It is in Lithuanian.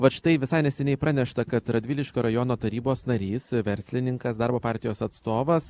vat štai visai neseniai pranešta kad radviliškio rajono tarybos narys verslininkas darbo partijos atstovas